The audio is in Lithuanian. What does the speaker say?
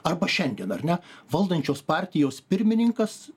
arba šiandien ar ne valdančios partijos pirmininkas